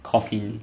coffin